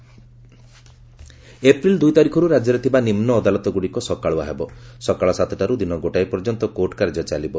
ଅଦାଲତ ସକାଳ୍ଆ ଏପ୍ରିଲ୍ ଦୁଇ ତାରିଖରୁ ରାକ୍ୟରେ ଥିବା ନିମୁଅଦାଲତଗୁଡ଼ିକ ସକାଳୁଆ ହେବ ସକାଳ ସାତଟାରୁ ଦିନ ଗୋଟାଏ ପର୍ଯ୍ୟନ୍ତ କୋର୍ଟ କାର୍ଯ୍ୟ ଚାଲିବ